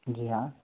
जी हाँ